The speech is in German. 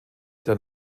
der